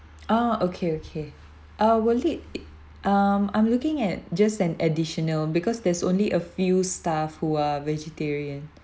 ah okay okay uh will it um I'm looking at just an additional because there's only a few staff who are vegetarian